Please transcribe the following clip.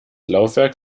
laufwerk